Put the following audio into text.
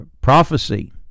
prophecy